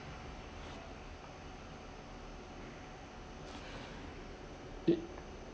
it